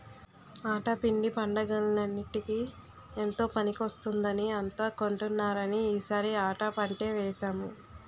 ఆటా పిండి పండగలన్నిటికీ ఎంతో పనికొస్తుందని అంతా కొంటున్నారని ఈ సారి ఆటా పంటే వేసాము